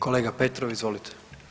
Kolega Petrov, izvolite.